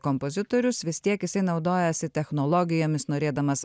kompozitorius vis tiek jisai naudojasi technologijomis norėdamas